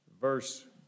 verse